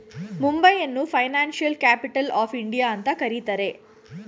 ಮುಂಬೈಯನ್ನು financial capital of India ಅಂತ ಕರಿತರೆ